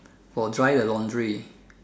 for dry the laundry